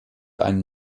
einen